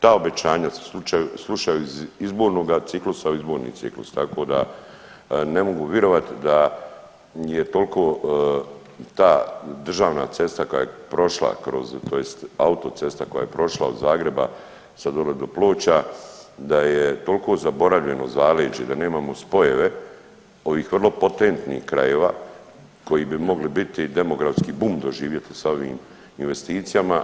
Ta obećanja se slušaju iz izbornoga ciklusa u izborni ciklus, tako da ne mogu virovat da je toliko ta državna cesta koja je prošla kroz, tj. autocesta koja je prošla od Zagreba sad dole do Ploča da je toliko zaboravljeno zaleđe i da nemamo spojeve ovih vrlo potentnih krajeva koji bi mogli biti demografski bum doživjeti sa ovim investicijama.